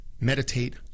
meditate